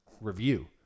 review